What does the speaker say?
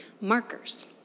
markers